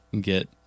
get